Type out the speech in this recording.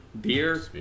beer